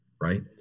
Right